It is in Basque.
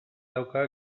dauka